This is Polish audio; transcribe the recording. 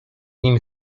nim